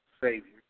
Savior